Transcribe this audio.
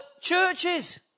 churches